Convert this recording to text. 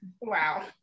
Wow